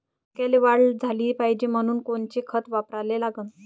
मक्याले वाढ झाली पाहिजे म्हनून कोनचे खतं वापराले लागन?